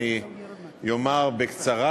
אני אומר בקצרה,